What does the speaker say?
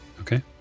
Okay